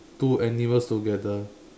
two animals together